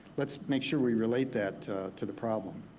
let's make sure we relate that to the problem.